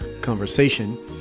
conversation